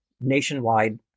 nationwide